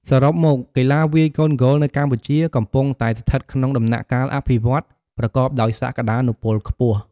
សរុបមក កីឡាវាយកូនហ្គោលនៅកម្ពុជាកំពុងតែស្ថិតក្នុងដំណាក់កាលអភិវឌ្ឍន៍ប្រកបដោយសក្ដានុពលខ្ពស់។